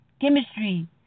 Chemistry